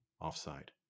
offside